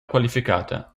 qualificata